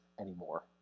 anymore